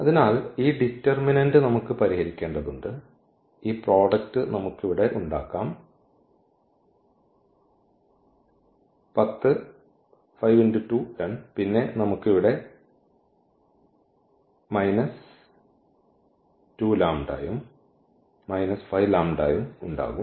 അതിനാൽ ഈ ഡിറ്റർമിനന്റ് നമുക്ക് പരിഹരിക്കേണ്ടതുണ്ട് ഈ പ്രോഡക്റ്റ് നമുക്ക് ഇവിടെ ഉണ്ടാക്കാം 10 പിന്നെ നമുക്ക് ഇവിടെ മൈനസ് 2λ ഉം മൈനസ് 5λ ഉം ഉണ്ടാകും